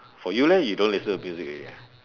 for you leh you don't listen to music already ah